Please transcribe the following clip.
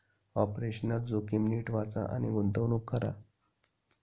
operational जोखीम नीट वाचा आणि गुंतवणूक करा